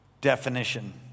Definition